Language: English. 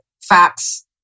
Facts